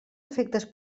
efectes